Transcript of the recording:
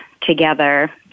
together